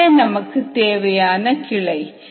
இதுவே நமக்கு தேவையான கிளை